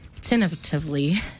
Tentatively